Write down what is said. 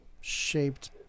shaped